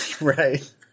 Right